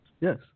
Yes